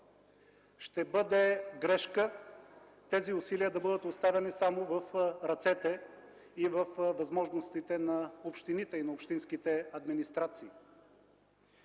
Ще бъде грешка тези усилия да бъдат оставени само в ръцете и във възможностите на общините и на общинските администрации.